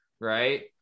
Right